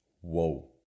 whoa